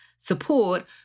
support